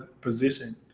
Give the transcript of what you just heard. position